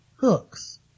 Hooks